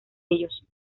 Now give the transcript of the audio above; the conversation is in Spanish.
ellos